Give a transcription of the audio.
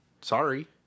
Sorry